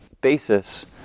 basis